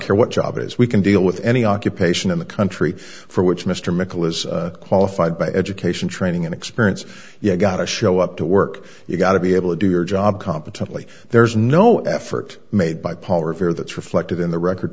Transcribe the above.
care what job is we can deal with any occupation in the country for which mr mickel is qualified by education training and experience you gotta show up to work you've got to be able to do your job competently there's no effort made by paul revere that's reflected in the record